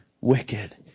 wicked